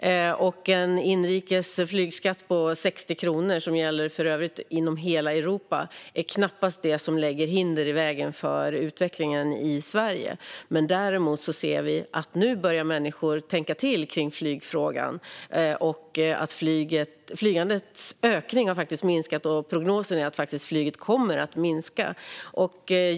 En inrikes flygskatt på 60 kronor, som för övrigt gäller inom hela Europa, är knappast det som lägger hinder i vägen för utvecklingen i Sverige. Däremot ser vi att människor nu börjar tänka till kring flygfrågan och att flygandets ökning har minskat. Prognosen är att flyget kommer att minska.